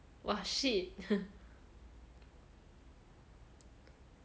!wah! shit